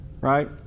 right